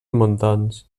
montans